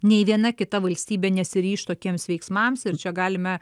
nei viena kita valstybė nesiryš tokiems veiksmams ir čia galime